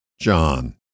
John